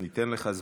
ניתן לך זמן.